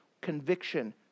Conviction